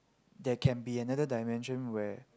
there can be another dimension where